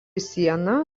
sieną